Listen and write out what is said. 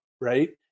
Right